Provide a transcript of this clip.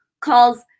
calls